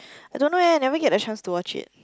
I don't know eh never get a chance to watch it